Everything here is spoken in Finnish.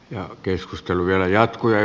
ja keskustelu vielä jatkuu